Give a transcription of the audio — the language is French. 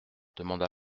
demanda